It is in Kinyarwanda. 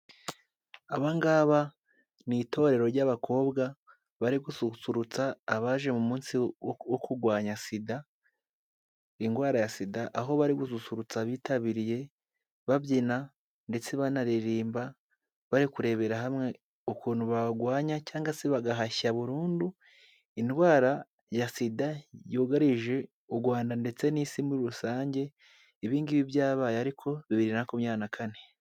Aba ngaba ni itorero ry'abakobwa bari gususurutsa abaje mu munsi wo kurwanya sida, indwara ya sida, aho bari gususurutsa abitabiriye, babyina ndetse banaririmba, bari kurebera hamwe ukuntu bagwanya cyangwa se bagahashya burundu indwara ya sida yugarije u Rwanda ndetse n'isi muri rusange, ibi ngibi byabaye ariko bibiri na makumyabiri na kane.